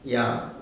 ya